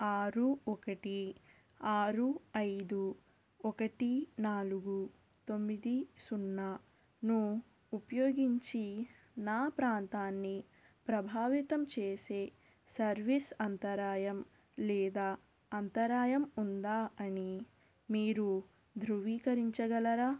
ఆరు ఒకటి ఆరు ఐదు ఒకటి నాలుగు తొమ్మిది సున్నాను ఉపయోగించి నా ప్రాంతాన్ని ప్రభావితం చేసే సర్వీస్ అంతరాయం లేదా అంతరాయం ఉందా అని మీరు ధృవీకరించగలరా